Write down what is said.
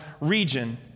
region